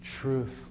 Truth